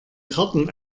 karten